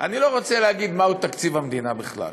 אני לא רוצה להגיד מהו תקציב המדינה בכלל.